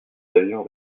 avions